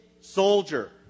soldier